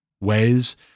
ways